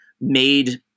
made